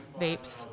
vapes